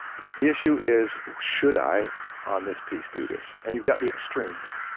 the issue is should i on this piece do this? and you've got the extremes.